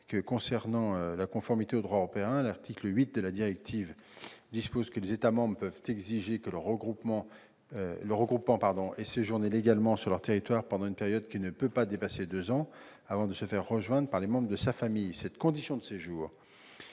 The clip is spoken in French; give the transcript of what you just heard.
la conformité de cet article au droit européen, l'article 8 de la directive du 23 septembre 2003 dispose que « les États membres peuvent exiger que le regroupant ait séjourné légalement sur leur territoire pendant une période qui ne peut pas dépasser deux ans, avant de se faire rejoindre par les membres de sa famille ». Cette condition de séjour